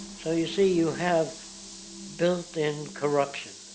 so you see, you have built-in corruption.